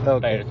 Okay